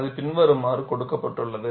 அது பின்வருமாறு கொடுக்கப்பட்டுள்ளது